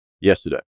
yesterday